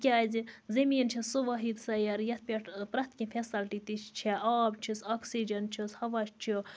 کیازِ زٔمیٖن چھُ سُہ وٲحِد سَیارٕ یتھ پٮ۪ٹھ پرٮ۪تھ کینٛہہ فیسَلٹی تہِ چھِ آب چھُس آکسیجَن چھُس ہَوا چھُ